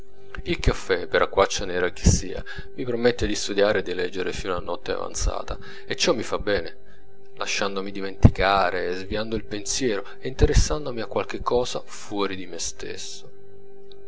il caffè per acquaccia nera che sia mi permette di studiare e di leggere fino a notte avanzata e ciò mi fa bene lasciandomi dimenticare sviando il pensiero e interessandomi a qualche cosa fuori di me stesso